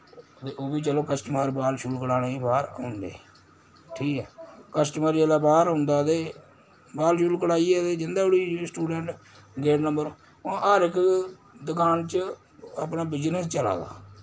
ते ओह् बी चलो कस्टमर बाल शूल कटाने बाह्र औंदे ठीक ऐ कस्टमर जिल्लै बाह्र औंदा ते बाल शूल कटाइयै ते जंदा उठी स्टूडैंट गेट नंबर हुन हर इक दुकान च अपना बिजनेस चला दा